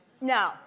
No